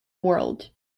world